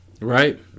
Right